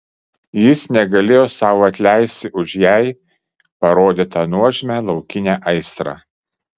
jis negalėjo sau atleisti už jai parodytą nuožmią laukinę aistrą